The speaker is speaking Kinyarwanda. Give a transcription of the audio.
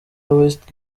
west